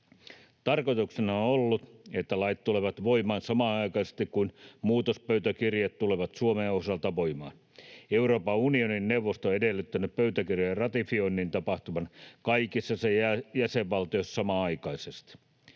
Tarkoituksena on ollut, että lait tulevat voimaan samanaikaisesti kuin muutospöytäkirjat tulevat Suomen osalta voimaan. Euroopan unionin neuvosto on edellyttänyt pöytäkirjojen ratifioinnin tapahtuvan kaikissa sen jäsenvaltioissa samanaikaisesti.